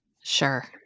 Sure